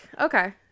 Okay